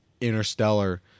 interstellar